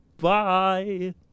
Bye